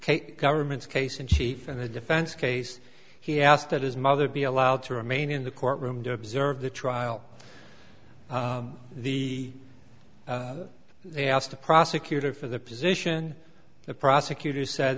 the government's case in chief and the defense case he asked that his mother be allowed to remain in the courtroom to observe the trial the they asked the prosecutor for the position the prosecutor said